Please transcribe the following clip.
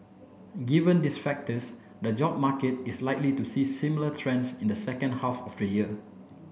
given these factors the job market is likely to see similar trends in the second half of the year